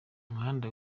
umuhanda